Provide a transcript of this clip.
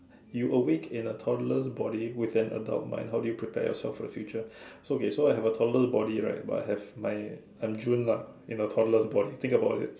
you awake in a toddler's body with an adult mind how do you prepare yourself for the future so okay so I have a toddler's body right but I have my I'm June lah in a toddler's body think about it